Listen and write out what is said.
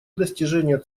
достижения